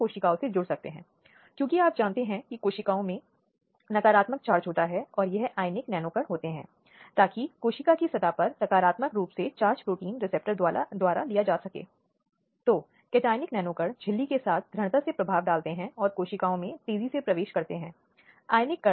हालांकि जहां यह अपराधों को संदर्भित करता है जैसे कि महिला को शामिल करने वाले विशेष रूप से यौन प्रकृति के या भले ही यह आपराधिक कानूनों के बाहर हो डर कभी कभी वैवाहिक मामलों से संबंधित आदि